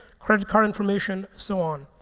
credit card information, so on.